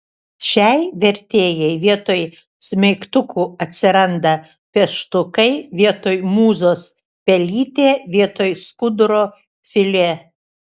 šiai vertėjai vietoj smeigtukų atsiranda pieštukai vietoj mūzos pelytė vietoj skuduro filė